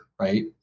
right